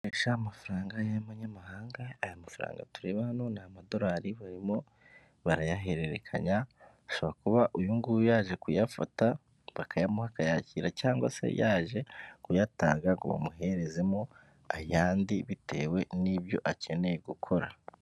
Amafaranga y'abanyamahanga, aya mafaranga tureba hano n’amadolari barimo barayahererekanya, bishoboka ko uyu ng’uyu yaje kuyafata bakayamuha, bakayakira cyangwa se yaje kuyatanga, ngo bamuherezemo ayandi bitewe n'ibyo akeneye gukora.